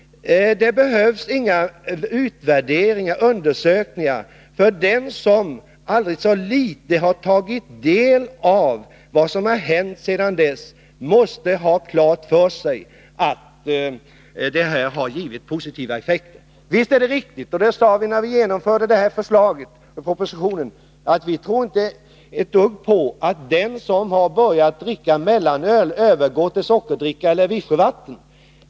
Det behövs inga utvärderingar och undersökningar. Den som aldrig så litet har tagit del av vad som har hänt sedan dess måste ha klart för sig att det har blivit positiva effekter. Visst tror vi inte ett dugg på — och det sade vi också när vi genomförde propositionsförslaget — att den som har börjat dricka mellanöl övergår till sockerdricka eller vichyvatten.